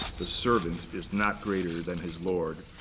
the servant is not greater than his lord.